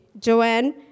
Joanne